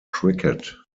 cricket